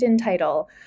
title